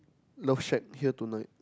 love shag here tonight